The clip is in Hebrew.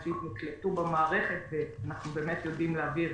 נקלטו במערכת ואנחנו באמת יודעים להעביר